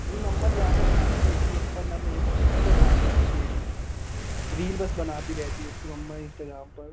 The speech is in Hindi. नहीं मम्मा ज़्यादा ध्यान नी देती उस पर ना मेरे पर किसी पर ध्यान नहीं देती है जी रील बस बनाती रहती है उसकी मम्मा इंस्टाग्राम पर